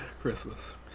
Christmas